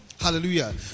Hallelujah